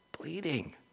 bleeding